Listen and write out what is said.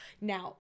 Now